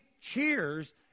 cheers